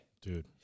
Dude